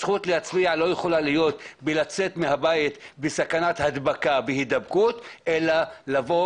הזכות להצביע לא יכולה להיות לצאת מהבית ולאפשר סכנת הדבקה אלא לבוא